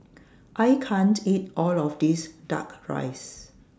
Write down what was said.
I can't eat All of This Duck Rice